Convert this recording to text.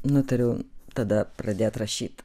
nutariau tada pradėt rašyt